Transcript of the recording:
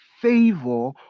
favor